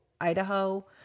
Idaho